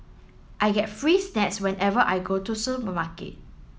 I get free snacks whenever I go to supermarket